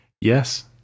Yes